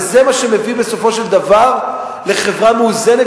וזה מה שמביא בסופו של דבר לחברה מאוזנת